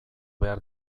behar